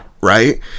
right